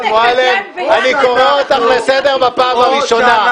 אני קורא אותך לסדר בפעם הראשונה.